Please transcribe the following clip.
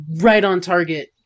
right-on-target